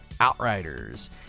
Outriders